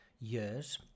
years